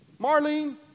Marlene